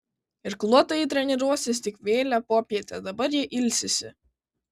irkluotojai treniruosis tik vėlią popietę dabar jie ilsisi